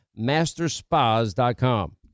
masterspas.com